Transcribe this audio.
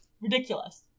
Ridiculous